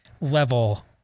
level